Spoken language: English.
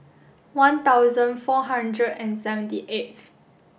one thousand four hundred and seventy eighth